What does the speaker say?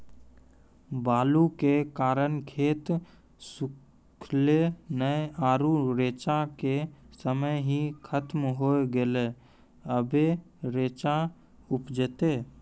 बालू के कारण खेत सुखले नेय आरु रेचा के समय ही खत्म होय गेलै, अबे रेचा उपजते?